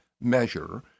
measure